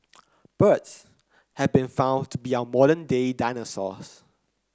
birds have been found to be our modern day dinosaurs